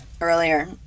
earlier